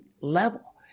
level